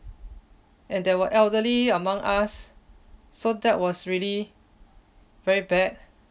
and there were elderly among us so that was really very bad